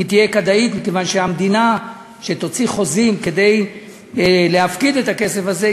והיא תהיה כדאית מכיוון שהמדינה תוציא חוזים כדי להפקיד את הכסף הזה,